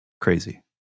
Crazy